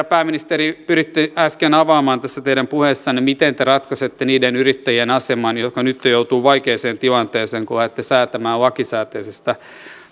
pääministeri pyritte äsken avaamaan tässä teidän puheessanne miten te ratkaisette niiden yrittäjien aseman jotka nyt joutuvat vaikeaan tilanteeseen kun alatte säätämään lakisääteisestä